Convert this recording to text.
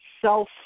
self